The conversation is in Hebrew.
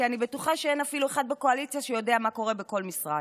כי אני בטוחה שאין אפילו אחד בקואליציה שיודע מה קורה בכל משרד.